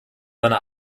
seine